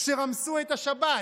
כשרמסו את השבת,